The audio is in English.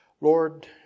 Lord